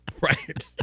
Right